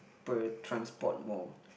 b~ transport more